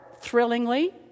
thrillingly